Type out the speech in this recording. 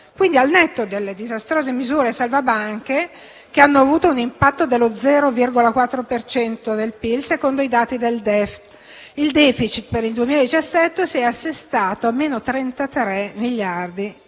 Quindi, al netto delle disastrose misure salva banche, che hanno avuto un impatto dello 0,4 per cento del PIL, secondo i dati del DEF, il *deficit* per il 2017 si è assestato a -33,184 miliardi